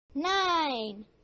Nine